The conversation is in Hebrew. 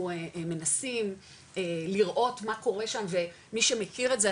אנחנו מנסים לראות מה קורה שם ומי שמכיר את זה,